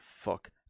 fuck